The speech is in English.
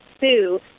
sue